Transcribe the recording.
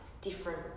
different